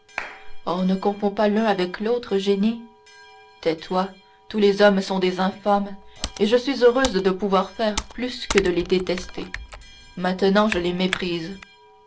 oh ne confonds pas l'un avec l'autre eugénie tais-toi tous les hommes sont des infâmes et je suis heureuse de pouvoir faire plus que de les détester maintenant je les méprise